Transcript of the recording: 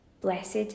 Blessed